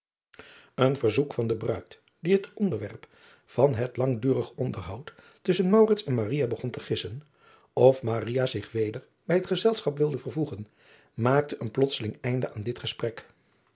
en verzoek van de ruid die het onderwerp van het langdurig onderhoud tusschen en begon te gissen of zich weder bij driaan oosjes zn et leven van aurits ijnslager het gezelschap wilde vervoegen maakte een plotseling einde aan dit gesprek